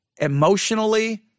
emotionally